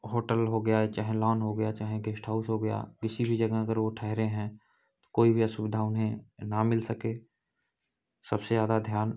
hotel हो गया चाहे लॉन हो गया चाहे गेस्ट हाउस हो गया किसी भी जगह अगर वह ठहरे हैं तो कोई भी असुविधा उन्हें न मिल सके सबसे ज़्यादा ध्यान